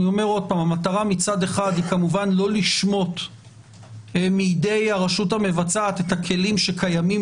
המטרה מצד אחד היא כמובן לא לשמוט מידי הרשות המבצעת את הכלים שקיימים